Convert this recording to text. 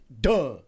Duh